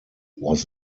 was